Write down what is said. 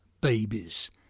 babies